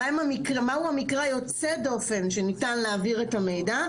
מה הוא מקרה יוצא דופן שבו ניתן להעביר את המידע,